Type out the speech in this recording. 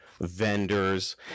vendors